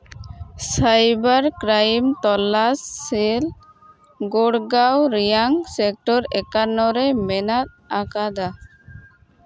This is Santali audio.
ᱥᱟᱭᱵᱟᱨ ᱠᱨᱟᱭᱤᱢ ᱛᱚᱞᱟᱥ ᱥᱮᱞ ᱜᱚᱲᱜᱟᱣ ᱨᱮᱭᱟᱜ ᱥᱮᱠᱴᱚᱨ ᱮᱠᱟᱱᱱᱚ ᱨᱮ ᱢᱮᱱᱟᱜ ᱟᱠᱟᱫᱟ